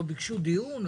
לא ביקשו דיון?